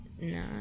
No